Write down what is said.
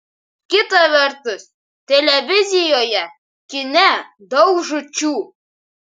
kita vertus televizijoje kine daug žūčių